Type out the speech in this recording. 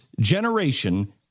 generation